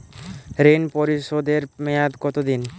ঋণ পরিশোধের মেয়াদ কত দিন?